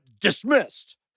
dismissed